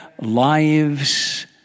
lives